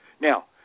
Now